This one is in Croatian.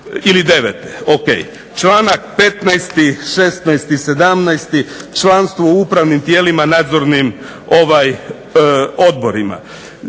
godine. Članak 15., 16., 17. članstvo u upravnim tijelima i nadzornim odborima.